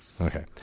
Okay